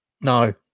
No